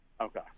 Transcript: Okay